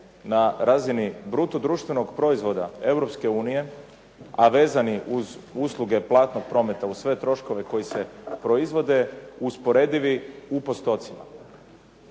na razini bruto društvenog proizvoda Europske unije, a vezani uz usluge platnog prometa uz sve troškove koji se proizvode, usporedivi u postocima.